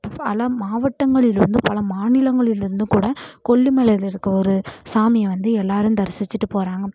பல மாவட்டங்களில் இருந்தும் பல மாநிலங்களில் இருந்தும் கூட கொல்லிமலையில இருக்கிற ஒரு சாமியை வந்து எல்லாரும் தரிசிச்சிட்டு போகிறாங்க